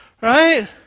Right